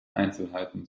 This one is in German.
einzelheiten